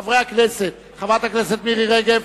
חבר הכנסת דני דנון,